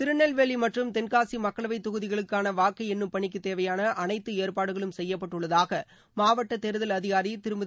திருநெல்வேலி மற்றும் தென்காசி மக்களவை தொகுதிகளுக்கான வாக்கு எண்ணும் பணிக்குத் தேவையான அனைத்து ஏற்பாடுகளும் செய்யப்பட்டுள்ளதாக மாவட்ட தேர்தல் அதிகாரி திருமதி